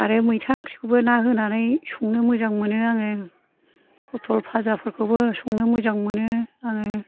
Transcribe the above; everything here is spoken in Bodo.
आरो मैथा ओंख्रिखौबो ना होनानै संनो मोजां मोनो आङो फटल फाजा फोरखौबो संनो मोजां मोनो आङो